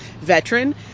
veteran